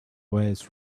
waves